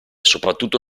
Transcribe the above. soprattutto